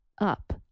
up